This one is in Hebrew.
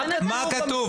מה כתוב בו?